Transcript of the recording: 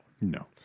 No